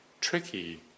tricky